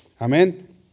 amen